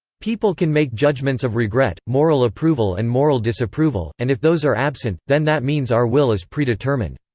people can make judgements of regret, moral approval and moral disapproval, and if those are absent, then that means our will is predetermined.